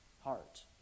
heart